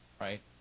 right